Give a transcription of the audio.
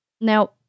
Now